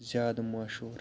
زیادٕ مشہور